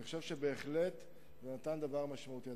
אני חושב שזה בהחלט נתן דבר משמעותי.